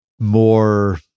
more